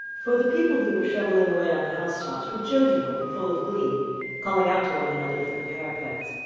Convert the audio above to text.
for, the people who were shovelling away on the housetops were jovial and full of glee calling out to one another from the parapets,